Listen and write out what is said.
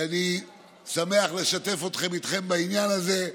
אני שמח לשתף אתכם בעניין הזה,